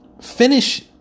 Finish